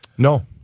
No